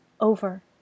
over